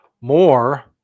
more